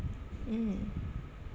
mm